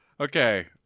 Okay